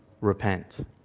repent